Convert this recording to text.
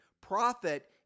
profit